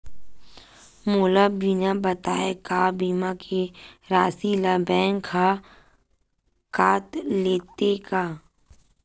मोला बिना बताय का बीमा के राशि ला बैंक हा कत लेते का?